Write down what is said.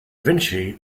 vinci